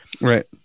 Right